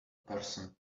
person